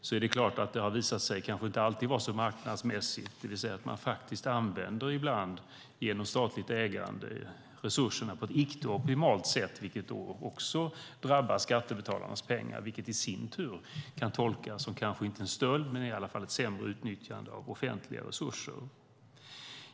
Det är klart att det inte alltid har visat sig vara så marknadsmässigt. Ibland använder man, genom statligt ägande, resurserna på ett icke optimalt sätt. Det drabbar också skattebetalarnas pengar, vilket i sin tur kanske inte kan tolkas som en stöld, men det är i alla fall ett sämre utnyttjande av offentliga resurser.